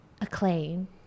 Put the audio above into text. acclaim